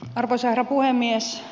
arvoisa herra puhemies